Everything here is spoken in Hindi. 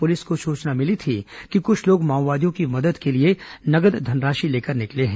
पुलिस को सूचना मिली थी कि कुछ लोग माओवादियों की मदद के लिए नगद धनराशि लेकर निकले हैं